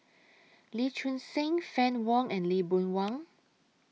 Lee Choon Seng Fann Wong and Lee Boon Wang